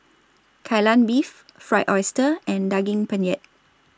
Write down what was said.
Kai Lan Beef Fried Oyster and Daging Penyet